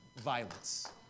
violence